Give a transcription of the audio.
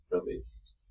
released